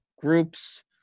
groups